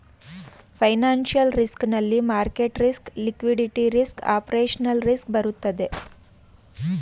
financial risk ನಲ್ಲಿ market risk, liquidity risk, operational risk ಬರುತ್ತದೆ